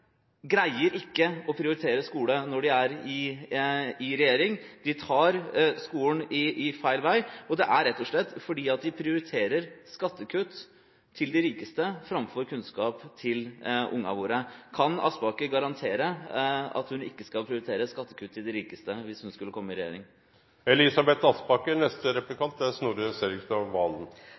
greier ikke å prioritere skole når de er i regjering, de tar skolen i feil retning, og det er rett og slett fordi de prioriterer skattekutt til de rikeste framfor kunnskap til ungene våre. Kan representanten Aspaker garantere at hun ikke vil prioritere skattekutt til de rikeste hvis hun skulle komme i regjering?